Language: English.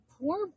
Poor